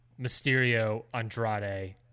Mysterio-Andrade